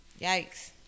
Yikes